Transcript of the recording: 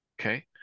okay